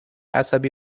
عصبی